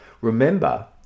Remember